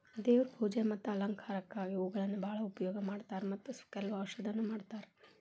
ದೇವ್ರ ಪೂಜೆ ಮತ್ತ ಅಲಂಕಾರಕ್ಕಾಗಿ ಹೂಗಳನ್ನಾ ಬಾಳ ಉಪಯೋಗ ಮಾಡತಾರ ಮತ್ತ ಕೆಲ್ವ ಔಷಧನು ಮಾಡತಾರ